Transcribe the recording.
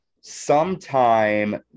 sometime